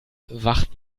wacht